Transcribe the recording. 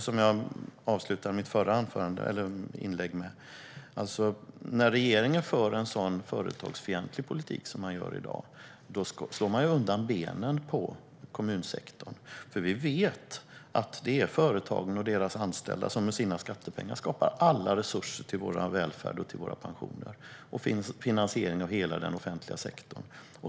Som jag avslutade mitt förra inlägg: När regeringen för en sådan företagsfientlig politik som man gör i dag slår man undan benen på kommunsektorn. Vi vet att det är företagen och deras anställda som med sina skattepengar skapar alla resurser till vår välfärd, till våra pensioner och till finansieringen av hela den offentliga sektorn.